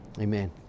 Amen